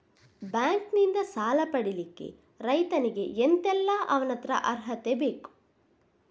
Bank ನಿಂದ ಸಾಲ ಪಡಿಲಿಕ್ಕೆ ರೈತನಿಗೆ ಎಂತ ಎಲ್ಲಾ ಅವನತ್ರ ಅರ್ಹತೆ ಬೇಕು?